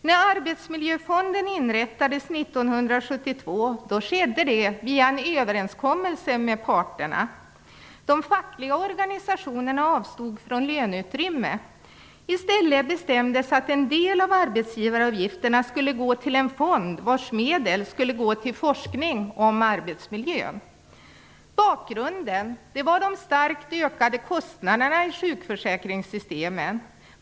När Arbetsmiljöfonden inrättades 1972 skedde det via en överenskommelse med parterna. De fackliga organisationerna avstod från löneutrymme. I stället bestämdes att en del av arbetsgivaravgifterna skulle gå till en fond vars medel skulle gå till forskning om arbetsmiljön. Bakgrunden var de starkt ökade kostnaderna i sjukförsäkringssystemen.